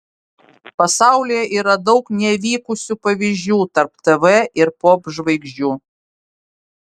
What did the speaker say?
pasaulyje yra daug nevykusių pavyzdžių tarp tv ir popžvaigždžių